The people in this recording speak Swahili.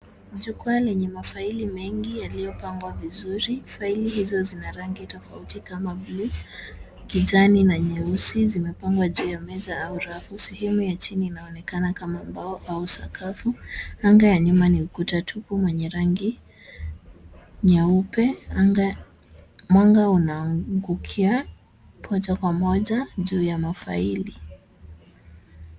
Jukwaa lenye mafaili mengi yaliyopangwa vizuri. Faili hizo zina rangi tofauti kama buluu, kijani na nyeusi. Zimepangwa juu ya meza au rafu. Sehemu ya chini inaonekana kama mbao au sakafu. Anga ya nyuma ni ukuta tupu mwenye rangi nyeupe. Mwanga unaangukia moja kwa moja juu ya mafaili.